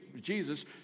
Jesus